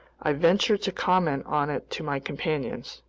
i ventured to comment on it to my companions.